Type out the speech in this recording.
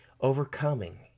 overcoming